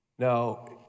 Now